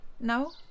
No